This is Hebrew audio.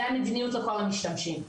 זה המדיניות לכל המשתמשים,